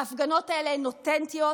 ההפגנות האלה הן אותנטיות